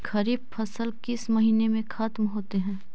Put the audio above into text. खरिफ फसल किस महीने में ख़त्म होते हैं?